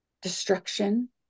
destruction